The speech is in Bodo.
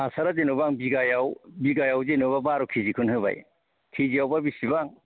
हासारा जेन'बा बिगायाव बिगायाव जेन'बा बार' के जिखौनो होबाय के जियावबा बेसेबां